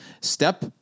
step